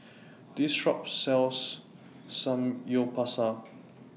This Shop sells Samgyeopsal